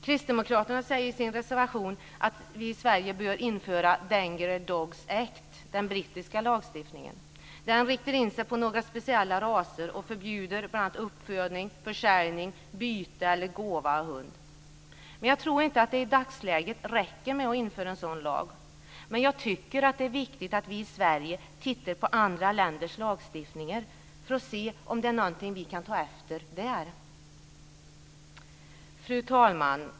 Kristdemokraterna säger i sin reservation att Sverige bör införa Dangerous Dogs Act, den brittiska lagstiftningen. Den riktar in sig på några speciella raser och förbjuder bl.a. uppfödning, försäljning, byte eller gåva av hund. Jag tror inte att det i dagsläget räcker med att införa en sådan lag, men jag tycker att det är viktigt att vi i Sverige tittar på andra länders lagstiftningar och ser om det är något som vi kan ta efter här. Fru talman!